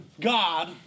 God